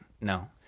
No